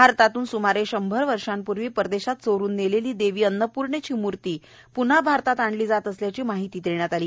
भारतातून साधारण शंभर वर्षापूर्वी परदेशात चोरून नेलेली देवी अन्नपूर्णेची मूर्ती पुन्हा भारतात आणली जात असल्याची माहितीही त्यांनी दिली